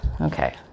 Okay